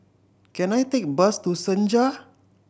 can I take bus to Senja